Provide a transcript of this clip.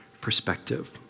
perspective